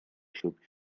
xup